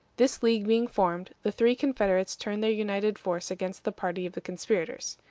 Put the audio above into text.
this league being formed, the three confederates turned their united force against the party of the conspirators.